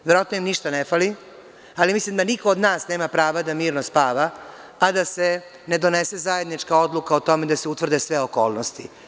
Verovatno im ništa ne fali, ali mislim da niko od nas nema prava da mirno spava, a da se ne donese zajednička odluka o tome da se utvrde sve okolnosti.